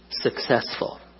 successful